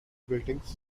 buildings